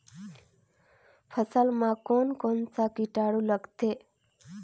फसल मा कोन कोन सा कीटाणु लगथे?